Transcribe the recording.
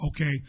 Okay